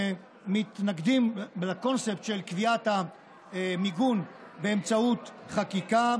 אנחנו מתנגדים לקונספט של קביעת המיגון באמצעות חקיקה,